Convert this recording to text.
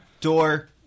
Door